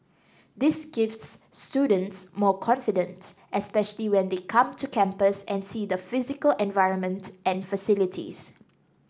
this gives students more confidence especially when they come to campus and see the physical environment and facilities